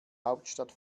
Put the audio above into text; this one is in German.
hauptstadt